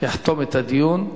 יחתום את הדיון.